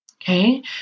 Okay